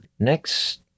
Next